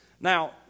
Now